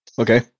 Okay